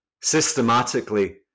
systematically